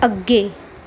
ਅੱਗੇ